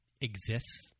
exists